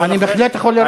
אני בהחלט יכול,